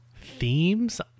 themes